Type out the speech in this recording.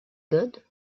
good